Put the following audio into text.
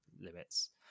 limits